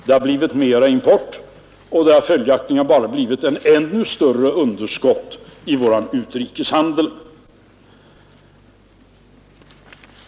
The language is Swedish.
Det hade blivit mera import, och det hade följaktligen bara blivit ett ännu större underskott i vår utrikeshandel.